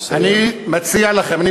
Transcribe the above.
אני מציע לכם, תסיים.